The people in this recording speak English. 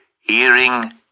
Hearing